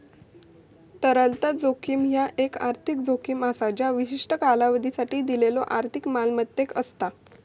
तरलता जोखीम ह्या एक आर्थिक जोखीम असा ज्या विशिष्ट कालावधीसाठी दिलेल्यो आर्थिक मालमत्तेक असता